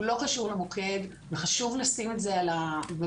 הוא לא קשור למוקד, וחשוב לשים את זה במקום.